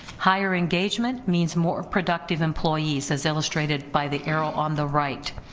higher engagement means more productive employees as illustrated by the arrow on the right,